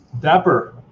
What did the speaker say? Dapper